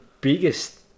biggest